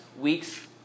weeks